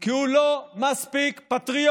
כי הוא לא מספיק פטריוט.